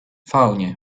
faunie